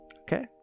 Okay